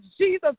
Jesus